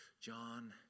John